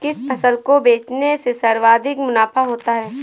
किस फसल को बेचने से सर्वाधिक मुनाफा होता है?